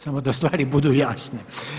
Samo da stvari budu jasne.